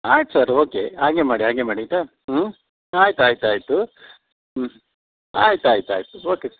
ಆಯ್ತು sir okay ಹಾಗೆ ಮಾಡಿ ಹಾಗೆ ಮಾಡಿ ಆಯ್ತಾ ಹ್ಞೂ ಆಯ್ತು ಆಯ್ತು ಆಯ್ತು ಹ್ಞೂ ಆಯ್ತು ಆಯ್ತು ಆಯ್ತು ಓಕೆ